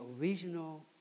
original